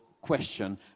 question